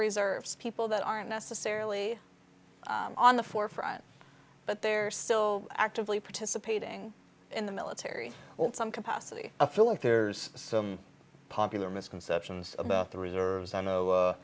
reserves people that aren't necessarily on the forefront but they're still actively participating in the military or in some capacity a fillip there's some popular misconceptions about the reserves i know